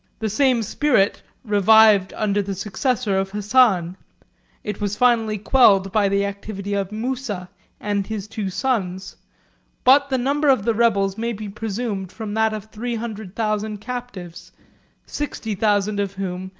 the same spirit revived under the successor of hassan it was finally quelled by the activity of musa and his two sons but the number of the rebels may be presumed from that of three hundred thousand captives sixty thousand of whom,